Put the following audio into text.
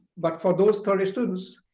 but for those thirty students,